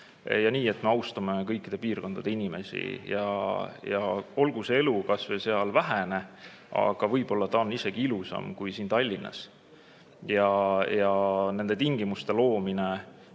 nii et me austame kõikide piirkondade inimesi. Olgu see elu mõnel pool kas või vähene, aga võib-olla ta on isegi ilusam kui siin Tallinnas. Ja nende tingimuste loomine,